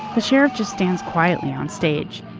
the sheriff just stands quietly on stage.